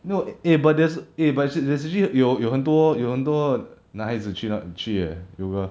no eh but there's eh but there's actually 有有很多有很多男孩子去哪去 leh yoga